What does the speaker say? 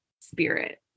spirit